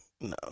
No